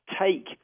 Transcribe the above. take